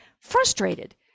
frustrated